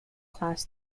class